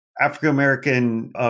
African-American